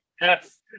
Yes